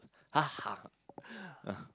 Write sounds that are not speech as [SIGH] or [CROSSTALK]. ha ha [BREATH] ah